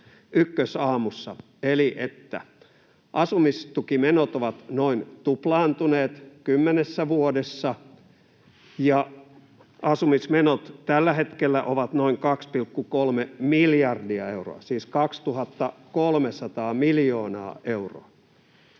Ykkösaamussa: asumistukimenot ovat noin tuplaantuneet kymmenessä vuodessa ja ovat tällä hetkellä noin 2,3 miljardia euroa, siis 2 300 miljoonaa euroa.